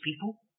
people